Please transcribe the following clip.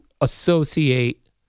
associate